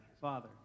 Father